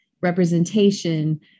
representation